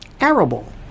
arable